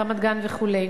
רמת-גן וכו'.